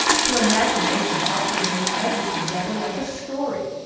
her imagination helped her to make everything rather like a story,